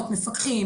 מפקחים,